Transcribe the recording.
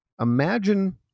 Imagine